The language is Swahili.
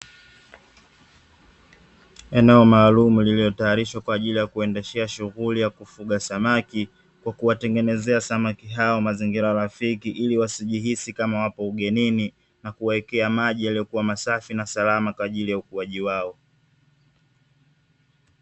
Eneo maalumu lililotayarishwa kwa ajili ya kuendeshea shughuli ya kufuga samaki, kwa kuwatengenezea samaki hao mazingira rafiki ili wasijihisi kama wapo ugenini na kuwawekea maji yaliyokuwa masafi na salama kwa ajili ya ukuaji wao.